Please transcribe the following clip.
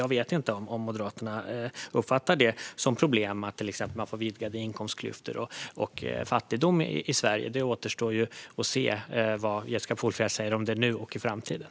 Jag vet inte om Moderaterna uppfattar det som problem att man till exempel får vidgade inkomstklyftor och fattigdom i Sverige. Det återstår att se vad Jessica Polfjärd säger om det nu och i framtiden.